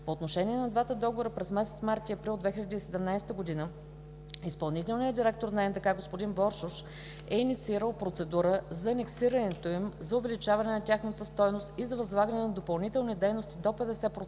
По отношение и на двата договора през месец март и април 2017 г. изпълнителният директор на НДК господин Боршош е инициирал процедура за анексирането им, за увеличение на тяхната стойност и за възлагане на допълнителни дейности до 50%